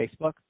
Facebook